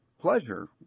pleasure